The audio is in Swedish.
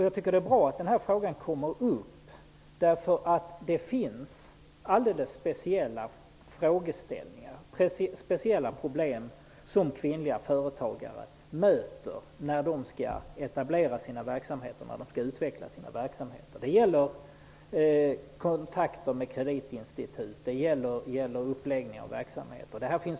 Jag tycker att det är bra att den här frågan kommer upp, därför att det finns alldeles speciella problem som kvinnliga företagare möter när de skall etablera eller utveckla sina verksamheter -- det gäller kontakt med kreditinstitut och det gäller uppläggning av verksamhet.